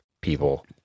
people